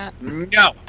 No